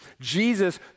Jesus